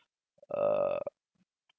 err